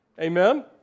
Amen